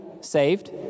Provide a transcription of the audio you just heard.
saved